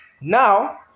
Now